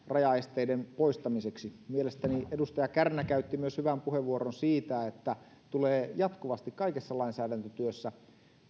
rajaesteiden poistamiseksi mielestäni edustaja kärnä käytti myös hyvän puheenvuoron siitä että tulee jatkuvasti kaikessa lainsäädäntötyössä